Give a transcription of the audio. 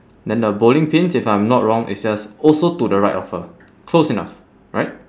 then the bowling pins if I'm not wrong is just also to the right of her close enough right